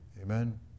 Amen